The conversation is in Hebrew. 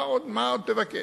מה עוד תבקש?